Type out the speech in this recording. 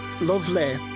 Lovely